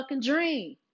dream